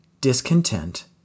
discontent